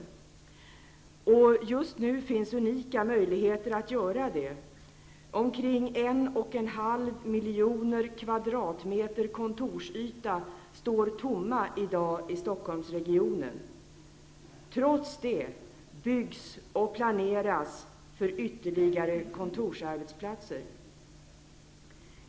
Just nu finns unika möjligheter att göra detta. Omkring 1,5 miljoner kvadratmeter kontorsyta står tomma i dag i Stockholmsregionen. Trots det byggs och planeras för ytterligare kontorsarbetsplatser.